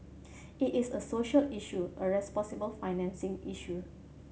it is a social issue a responsible financing issue